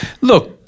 Look